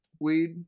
weed